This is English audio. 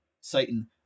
Satan